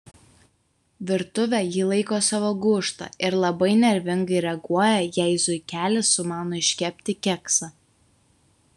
virtuvę ji laiko savo gūžta ir labai nervingai reaguoja jei zuikelis sumano iškepti keksą